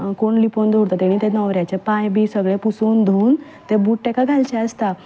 कोण लिपोवन दवरता तेणी न्हवऱ्याचे पांय बी सगले पुसून धुवन ते बूट ताका घालचे आसता